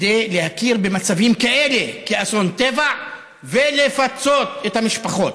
כדי להכיר במצבים כאלה כאסון טבע ולפצות את המשפחות.